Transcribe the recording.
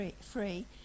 free